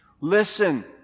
Listen